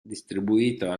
distribuito